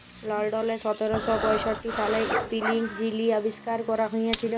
লল্ডলে সতের শ পঁয়ষট্টি সালে ইস্পিলিং যিলি আবিষ্কার ক্যরা হঁইয়েছিল